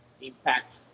impact